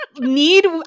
Need